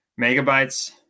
megabytes